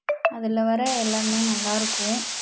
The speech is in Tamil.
அதில் வர எல்லாமே நல்லாயிருக்கும்